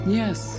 yes